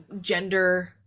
gender